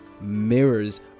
mirrors